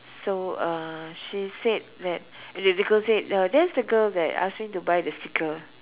so uh she said that the the girl said uh that's the girl that ask me to buy the sticker